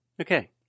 Okay